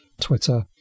twitter